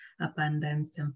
abundance